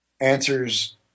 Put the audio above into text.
Answers